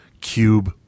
cube